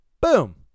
boom